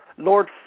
Lord